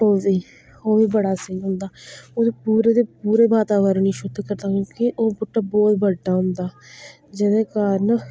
ओह् बी ओह् बी बड़ा स्हेई होंदा ओह् ते पूरे ते पूरे वातावरण गी शुद्ध करदा मतलब कि ओह् बूह्टा बोह्त बड्डा होंदा जेह्दे कारण